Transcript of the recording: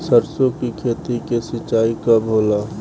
सरसों की खेती के सिंचाई कब होला?